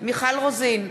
מיכל רוזין,